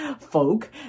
folk